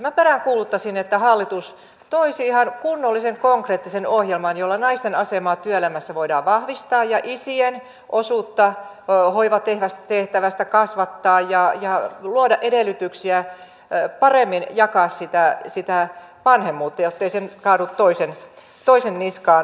minä peräänkuuluttaisin että hallitus toisi ihan kunnollisen konkreettisen ohjelman jolla naisten asemaa työelämässä voidaan vahvistaa ja isien osuutta hoivatehtävästä kasvattaa ja luoda edellytyksiä paremmin jakaa sitä vanhemmuutta jottei se kaadu yksistään toisen niskaan